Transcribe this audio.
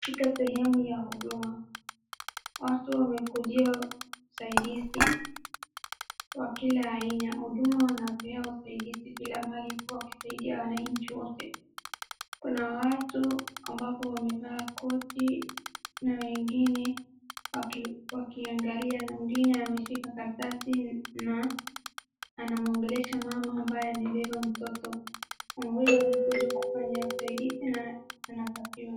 Katika sehemu ya huduma. Watu wamekuja usaidizi wa kila aina. Huduma wanapea usaidizi bila malipo wakisaidia wananchi wote. Kuna watu ambao wamevaa koti na wengine wakiangalia na mwingine ameshika karatasi na anamuongelesha mama ambaye amebeba mtoto. Mama huyo alikuja kufanya usaidizi na ana.